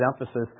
emphasis